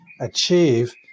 achieve